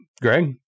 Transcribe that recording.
Greg